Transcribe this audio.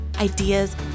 ideas